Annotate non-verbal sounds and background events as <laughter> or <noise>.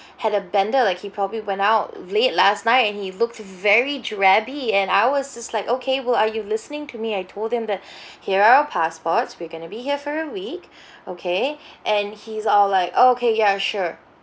had a bender like he probably went out late last night and he looked very draggy and I was just like okay well are you listening to me I told him that <breath> here are our passports we're going to be here for a week <breath> okay <breath> and he's all like okay ya sure